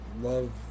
love